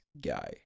guy